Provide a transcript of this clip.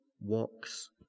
walks